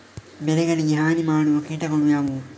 ಬೆಳೆಗಳಿಗೆ ಹಾನಿ ಮಾಡುವ ಕೀಟಗಳು ಯಾವುವು?